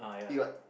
you got